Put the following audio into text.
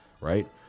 right